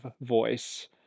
voice